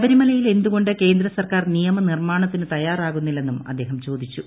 ശബരിമലയിൽ എന്തുകൊണ്ട് കേന്ദ്ര സർക്കാർ നിയമനിർമ്മാണത്തിന് തയ്യാറാകുന്നില്ലന്നും അദ്ദേഹം ചോദിച്ചു